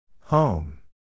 Home